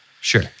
Sure